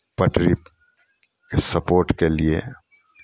पटरीके सपोर्टके लिए